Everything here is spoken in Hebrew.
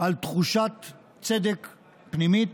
על תחושת צדק פנימית,